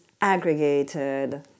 aggregated